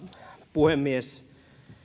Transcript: puhemies